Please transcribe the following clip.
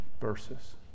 verses